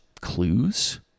clues